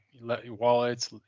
wallets